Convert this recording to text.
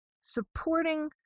supporting